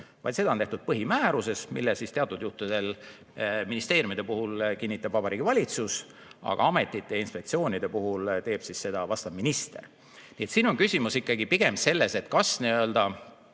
vaid seda on tehtud põhimääruses, mille siis teatud juhtudel, ministeeriumide puhul kinnitab Vabariigi Valitsus, aga ametite ja inspektsioonide puhul teeb seda vastav minister. Nii et siin on küsimus ikkagi pigem selles – antud